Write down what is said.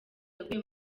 yaguye